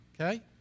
okay